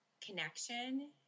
connection